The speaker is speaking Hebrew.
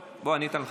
טוב, בוא, אני אתן לך.